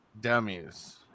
Dummies